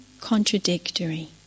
contradictory